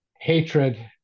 hatred